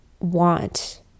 want